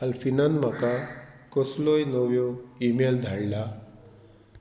आल्फिनान म्हाका कसलोय नव्यो ईमेल धाडला